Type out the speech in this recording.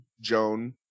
Joan